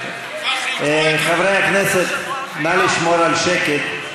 חברי הכנסת, נא לשמור על שקט.